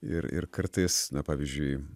ir ir kartais na pavyzdžiui